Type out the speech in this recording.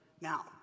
Now